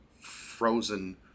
frozen